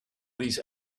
these